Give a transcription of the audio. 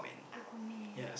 Aquaman